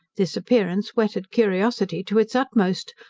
this appearance whetted curiosity to its utmost,